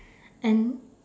and